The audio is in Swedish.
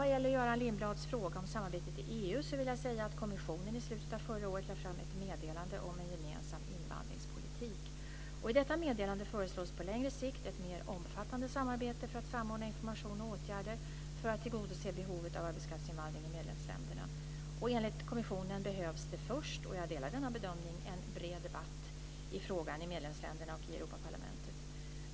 Vad gäller Göran Lindblads fråga om samarbetet i EU, vill jag säga att kommissionen i slutet av förra året lade fram ett Meddelande om en gemensam invandringspolitik. I detta meddelande föreslås på längre sikt ett mer omfattande samarbete för att samordna information och åtgärder för att tillgodose behovet av arbetskraftsinvandring i medlemsländerna. Enligt kommissionen behövs det först, och jag delar denna bedömning, en bred debatt i frågan i medlemsländerna och i Europaparlamentet.